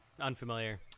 Unfamiliar